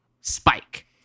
spike